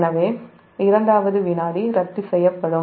எனவே இரண்டாவது வினாடி ரத்து செய்யப்படும்